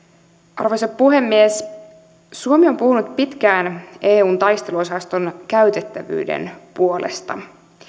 arvoisa puhemies suomi on puhunut pitkään eun taisteluosaston käytettävyyden puolesta